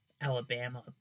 Alabama